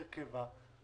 בהרכבה הנוכחי,